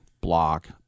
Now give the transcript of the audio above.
block